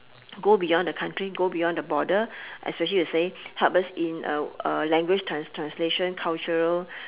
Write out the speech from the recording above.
go beyond the country go beyond the border especially you say help us in uh uh language trans~ translation cultural